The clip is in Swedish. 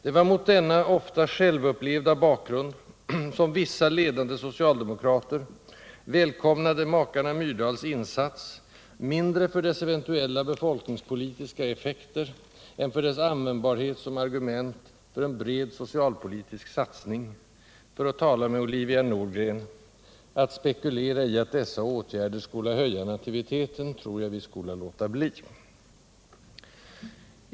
Det var emot denna, ofta självupplevda, bakgrund som vissa ledande socialdemokrater välkomnade makarna Myrdals insats, mindre för dess eventuella befolkningspolitiska effekter än för dess användbarhet som argument för en bred socialpolitisk satsning; för att tala med Olivia Nordgren — ”att spekulera i att dessa åtgärder skola höja nativiteten tror jag vi skola låta bli”.